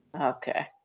Okay